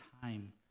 time